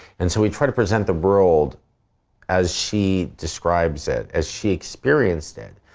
and so, we try to present the world as she describes it, as she experienced it.